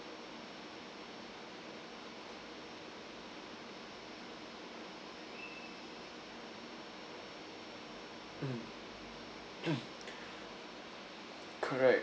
mm correct